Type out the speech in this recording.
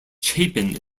chapin